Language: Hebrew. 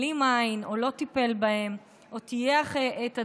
העלים עין או לא טיפל בהם או טייח את הדברים,